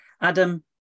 Adam